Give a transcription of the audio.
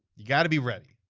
gotta be ready.